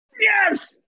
Yes